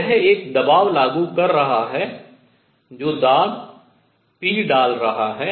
यह एक दबाव लागू कर रहा है जो दाब p डाल रहा है